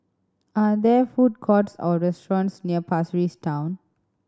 are there food courts or restaurants near Pasir Ris Town